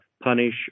punish